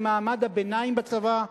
למעמד הביניים בצבא,